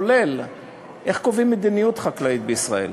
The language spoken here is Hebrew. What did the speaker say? כולל איך קובעים מדיניות חקלאית בישראל,